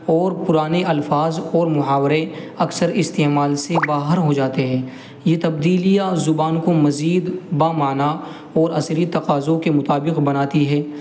اور پرانے الفاظ اور محاورے اکثر استعمال سے باہر ہو جاتے ہیں یہ تبدیلیاں زبان کو مزید بامعنی اور عصری تقاضوں کے مطابق بناتی ہے